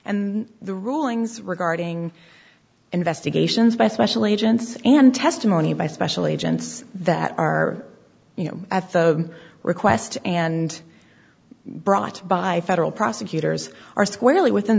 and the rulings regarding investigations by special agents and testimony by special agents that are you know at the request and brought by federal prosecutors are squarely within